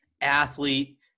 athlete